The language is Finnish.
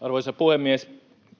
Arvoisa puhemies!